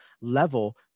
level